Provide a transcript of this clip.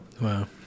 Wow